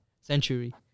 century